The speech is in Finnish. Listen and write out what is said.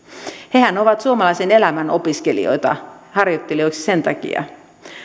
hehän ovat suomalaisen elämän opiskelijoita harjoittelijoiksi sen takia